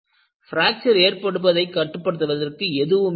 fracture ஏற்படுவதை கட்டுப்படுத்துவதற்கு எதுவுமே இல்லை